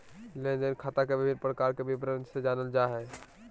लेन देन खाता के विभिन्न प्रकार के विवरण से जानल जाय हइ